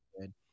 good